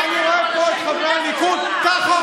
ואני רואה פה את חברי הליכוד ככה,